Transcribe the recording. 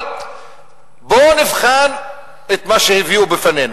אבל בואו נבחן את מה שהביאו בפנינו.